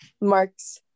marks